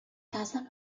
casa